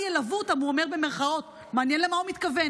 הוא אומר ככה: